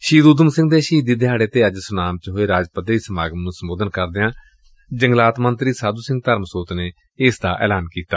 ਸ਼ਹੀਦ ਉਧਮ ਸਿੰਘ ਦੇ ਸ਼ਹੀਦੀ ਦਿਹਾੜੇ ਤੇ ਅੱਜ ਸੁਨਾਮ ਚ ਹੋਏ ਰਾਜ ਪੱਧਰੀ ਸਮਾਗਮ ਨੁੰ ਸੰਬੋਧਨ ਕਰਦਿਆਂ ਜੰਗਲਾਤ ਮੰਤਰੀ ਸਾਧੁ ਸਿੰਘ ਧਰਮਸੋਤ ਨੇ ਏਸ ਦਾ ਐਲਾਨ ਕੀਤਾ